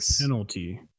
penalty